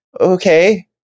okay